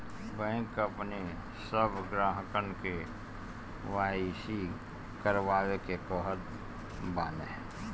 bank अपनी सब ग्राहकन के के.वाई.सी करवावे के कहत बाने